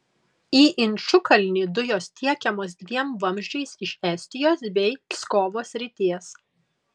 į inčukalnį dujos tiekiamos dviem vamzdžiais iš estijos bei pskovo srities